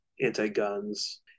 anti-guns